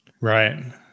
Right